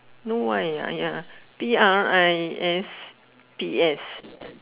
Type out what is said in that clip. no Y ah ya P R I S P S